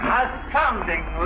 astounding